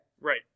Right